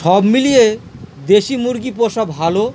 সব মিলিয়ে দেশি মুরগি পোষা ভালো